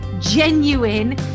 genuine